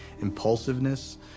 impulsiveness